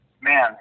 man